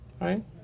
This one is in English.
right